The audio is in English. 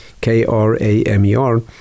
K-R-A-M-E-R